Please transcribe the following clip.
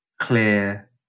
clear